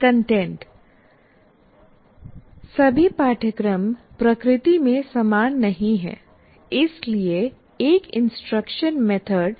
content सभी पाठ्यक्रम प्रकृति में समान नहीं हैं इसलिए एक इंस्ट्रक्शन मेथड